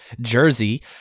jersey